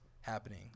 happening